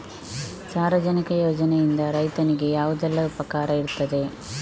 ಸಾರ್ವಜನಿಕ ಯೋಜನೆಯಿಂದ ರೈತನಿಗೆ ಯಾವುದೆಲ್ಲ ಉಪಕಾರ ಇರ್ತದೆ?